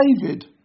David